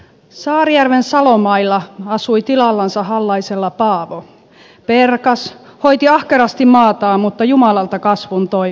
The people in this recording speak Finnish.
saarijärven salomailla asui tilallansa hallaisella paavo perkas hoiti ahkerasti maataan mutta jumalalta kasvun toivoi